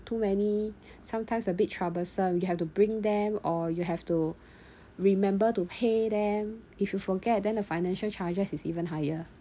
too many sometimes a bit troublesome you have to bring them or you have to remember to pay them if you forget then the financial charges is even higher